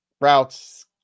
routes